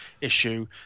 issue